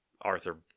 Arthur